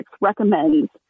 recommends